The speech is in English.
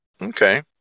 Okay